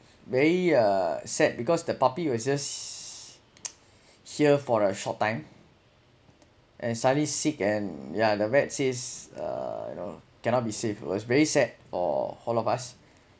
very uh sad because the puppy you was just here for a short time and suddenly sick and yeah the vet says uh you know cannot be saved was very sad for all of us